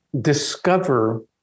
discover